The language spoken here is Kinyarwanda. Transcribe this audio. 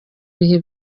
bihe